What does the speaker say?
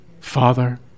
Father